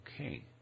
okay